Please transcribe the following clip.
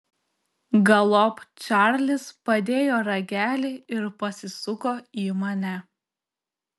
galop čarlis padėjo ragelį ir pasisuko į mane